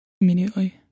immediately